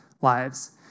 lives